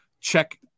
Check